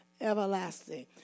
Everlasting